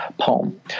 poem